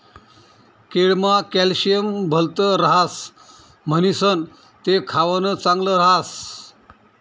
केळमा कॅल्शियम भलत ह्रास म्हणीसण ते खावानं चांगल ह्रास